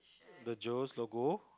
the Joe's logo